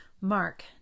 Mark